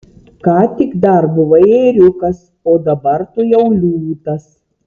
ką tik dar buvai ėriukas o dabar tu jau liūtas